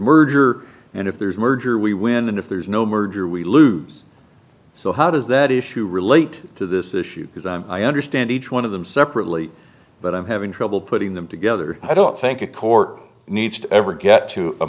merger and if there's a merger we win and if there's no merger we lose so how does that issue relate to this issue because i'm i understand each one of them separately but i'm having trouble putting them together i don't think a court needs to ever get to a